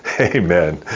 amen